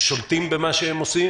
ששולטים במה שהם עושים